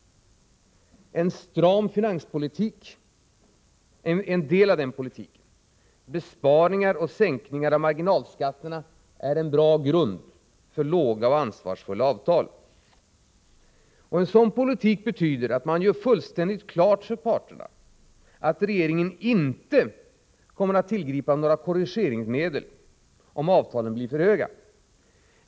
En stram finanspolitik är en del av denna politik. Besparingar och sänkningar av marginalskatterna är en bra grund för låga och ansvarsfulla avtal. En sådan politik betyder att man gör fullständigt klart för parterna att regeringen inte kommer att tillgripa några korrigeringsmedel om avtalen blir för höga.